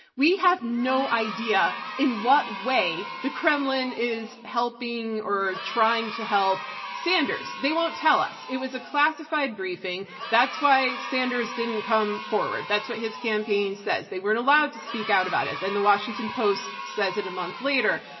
we have no idea in what way the kremlin is helping or trying to help sanders. they won't tell us, it was a classified briefing, that's why sanders didn't come forward. that's what his campaign says. they weren't allowed to speak out about it, then the washington post says it a month later.